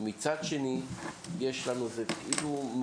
מצד שני, יש לנו מעמדות.